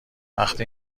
وقتی